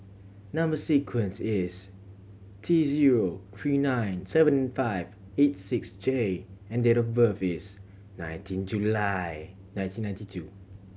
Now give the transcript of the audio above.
number sequence is T zero three nine seven five eight six J and date of birth is nineteen July nineteen ninety two